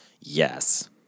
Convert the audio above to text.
Yes